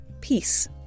peace